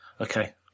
Okay